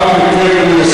הגעה לקבר יוסף.